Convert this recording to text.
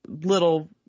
Little